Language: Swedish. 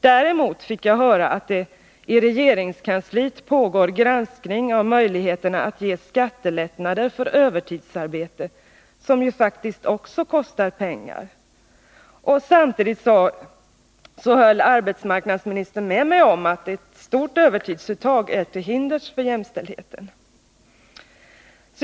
Därernot fick jag höra att det i regeringskansliet pågår granskning av möjligheterna att ge skattelättnader för övertidsarbete — vilket ju också faktiskt kostar pengar. Samtidigt höll arbetsmarknadsministern med mig om att ett stort övertidsuttag är till hinders för jämställdheten.